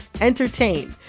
entertain